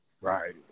Right